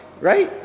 Right